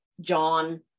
John